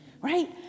right